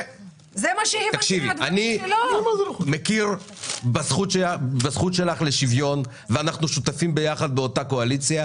אני מכיר בזכות שלך לשוויון ואנחנו שותפים באותה הקואליציה,